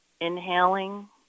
inhaling